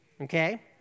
okay